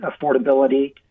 affordability